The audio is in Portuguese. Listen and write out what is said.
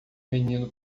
menino